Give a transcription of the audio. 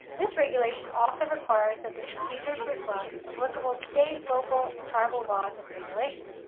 this regulation also requires that the procedures reflect applicable state, local, and tribal laws and regulations.